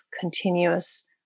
continuous